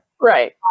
right